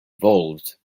evolved